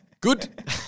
Good